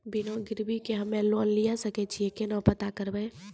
बिना गिरवी के हम्मय लोन लिये सके छियै केना पता करबै?